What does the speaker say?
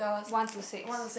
one to six